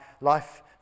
life